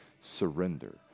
surrender